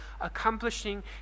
accomplishing